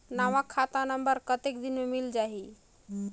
नवा खाता नंबर कतेक दिन मे मिल जाही?